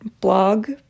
blog